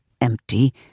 empty